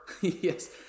Yes